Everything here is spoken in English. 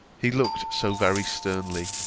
he looked so very sternly,